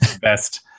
best